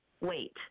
wait